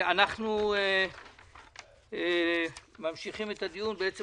אנחנו ממשיכים את הדיון ואנחנו בעצם